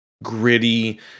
gritty